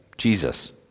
Jesus